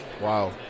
Wow